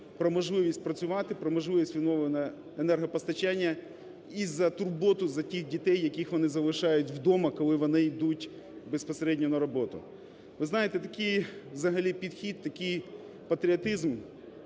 про можливість працювати, про можливість відновлення енергопостачання і за турботу за тих дітей, яких вони залишають удома, коли вони йдуть безпосередньо на роботу. Ви знаєте, такий взагалі підхід, такий патріотизм,